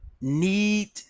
need